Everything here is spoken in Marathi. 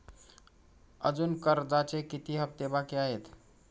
अजुन कर्जाचे किती हप्ते बाकी आहेत?